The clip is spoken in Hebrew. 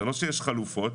זה לא שיש חלופות.